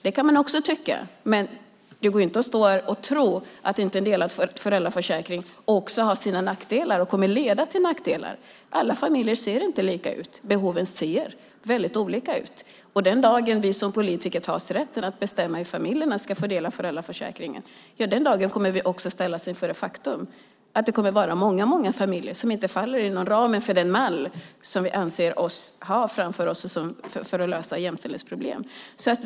Det kan man vilja, men det går inte att stå här och tro att inte en delad föräldraförsäkring också har sina nackdelar och kommer att leda till nackdelar. Alla familjer ser inte lika ut. Behoven ser väldigt olika ut. Den dag vi som politiker tar oss rätten att bestämma hur familjerna ska fördela föräldraförsäkringen kommer vi också att ställas inför det faktum att många familjer inte faller inom ramen för den mall som vi anser oss ha framför oss för att lösa jämställdhetsproblem.